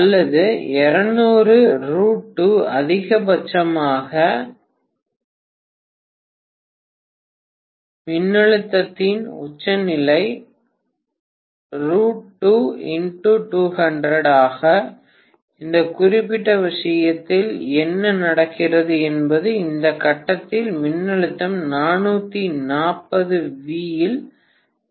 அல்லது அதிகபட்சமாக மின்னழுத்தத்தின் உச்சநிலை ஆனால் இந்த குறிப்பிட்ட விஷயத்தில் என்ன நடக்கிறது என்பது இந்த கட்டத்தில் மின்னழுத்தம் 440 V இல் இருக்கும்